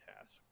task